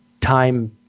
time